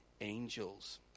angels